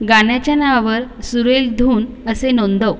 गाण्याच्या नावावर सुरेल धून असे नोंदव